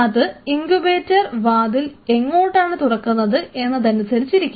അത് ഇങ്കുബേറ്റർ വാതിൽ എങ്ങോട്ടാണ് തുറക്കുന്നത് എന്നതിനെ അനുസരിച്ചിരിക്കും